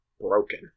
broken